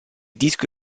disco